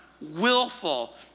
willful